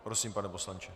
Prosím, pane poslanče.